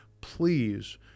Please